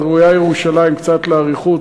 אז ראויה ירושלים קצת לאריכות.